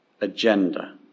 agenda